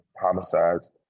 homicides